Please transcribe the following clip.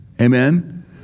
Amen